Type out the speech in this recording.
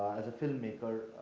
as a filmmaker.